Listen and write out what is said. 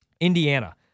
Indiana